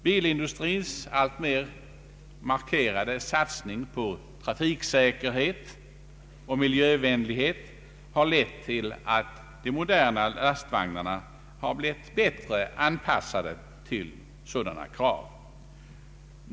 Bilindustrins alltmer markerade satsning på trafiksäkerhet och miljövänlighet har lett till att de moderna lastvagnarna blivit bättre anpassade till sådana krav.